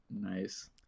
Nice